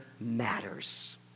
matters